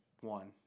one